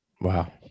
wow